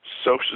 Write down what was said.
Social